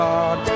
God